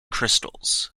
crystals